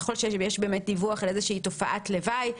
ככל שיש דיווח על איזה שהיא תופעת לוואי,